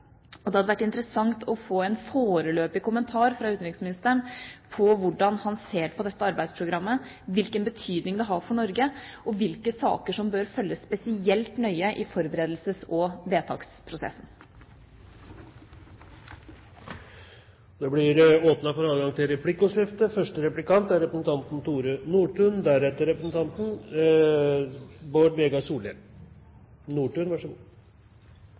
Det hadde vært interessant å få en foreløpig kommentar fra utenriksministeren på hvordan han ser på dette arbeidsprogrammet, hvilken betydning det har for Norge, og hvilke saker som bør følges spesielt nøye i forberedelses- og vedtaksprosessen. Det blir